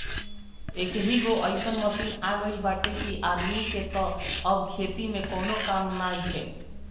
एकहगो अइसन मशीन आ गईल बाटे कि आदमी के तअ अब खेती में कवनो कामे नइखे